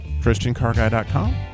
ChristianCarGuy.com